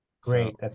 Great